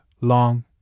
long